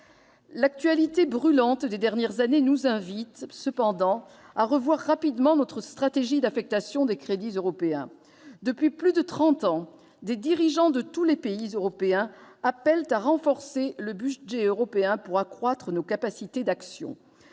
L'actualité brûlante des dernières années nous incite cependant à revoir rapidement notre stratégie d'affectation des crédits européens. Depuis plus de trente ans, des dirigeants de tous les pays européens appellent à renforcer le budget européen pour accroître nos capacités d'action.